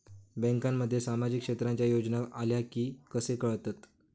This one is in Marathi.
बँकांमध्ये सामाजिक क्षेत्रांच्या योजना आल्या की कसे कळतत?